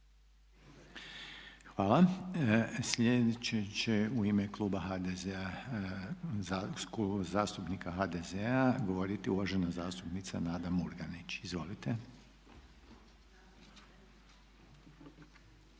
Hvala. Sljedeći će u ime Kluba zastupnika HDZ- a govoriti uvažena zastupnica Nada Murganić. Izvolite.